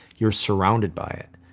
you're surrounded by it,